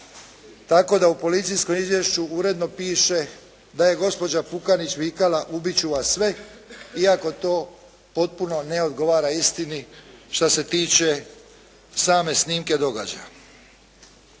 Tako da u policijskom izvješću uredno piše da je gospođa Pukanić vikala “ubit ću vas sve“ iako to potpuno ne odgovara istini što se tiče same snimke događaja.